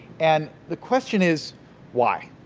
and the question is why?